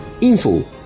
info